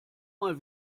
mal